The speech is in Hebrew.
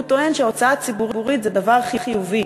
הוא טוען שההוצאה הציבורית זה דבר חיובי,